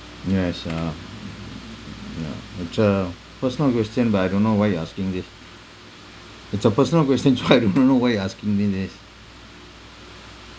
yes uh ya personal question but I don't know why you're asking this it's a personal question so I do not know why you asking me this